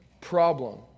problem